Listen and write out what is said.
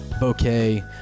bouquet